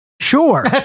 Sure